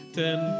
ten